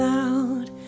out